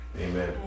Amen